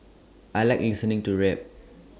I Like listening to rap